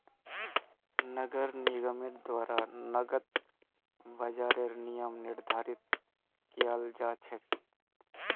नगर निगमेर द्वारा नकद बाजारेर नियम निर्धारित कियाल जा छेक